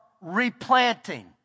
replanting